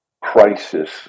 crisis